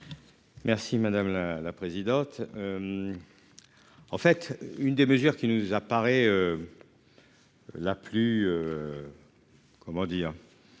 Merci madame la la présidente. En fait une démesure qui nous apparaît. La plus. Comment dire.